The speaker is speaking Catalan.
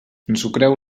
ensucreu